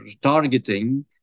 targeting